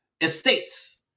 estates